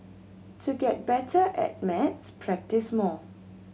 to get better at maths practise more